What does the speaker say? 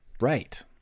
Right